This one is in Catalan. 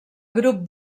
grup